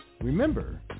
Remember